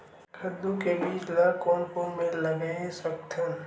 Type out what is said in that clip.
कददू के बीज ला कोन कोन मेर लगय सकथन?